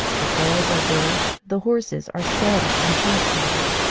the trails are good. the horses are steady and sure-footed.